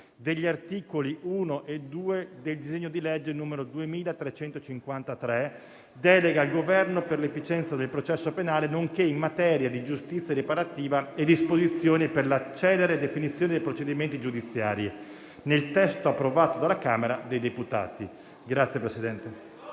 degli articoli 1 e 2 del disegno di legge n. 2353, recante «Delega al Governo per l'efficienza del processo penale nonché in materia di giustizia riparativa e disposizioni per la celere definizione dei procedimenti giudiziari», nel testo approvato dalla Camera dei deputati.